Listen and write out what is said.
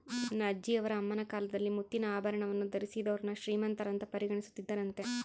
ನನ್ನ ಅಜ್ಜಿಯವರ ಅಮ್ಮನ ಕಾಲದಲ್ಲಿ ಮುತ್ತಿನ ಆಭರಣವನ್ನು ಧರಿಸಿದೋರ್ನ ಶ್ರೀಮಂತರಂತ ಪರಿಗಣಿಸುತ್ತಿದ್ದರಂತೆ